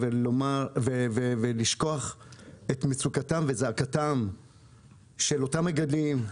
ולשכוח את מצוקתם וזעקתם של אותם מגדלים,